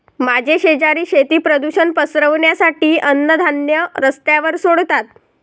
माझे शेजारी शेती प्रदूषण पसरवण्यासाठी अन्नधान्य रस्त्यावर सोडतात